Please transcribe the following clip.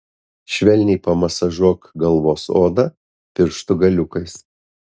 švelniai pamasažuok galvos odą pirštų galiukais